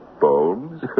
bones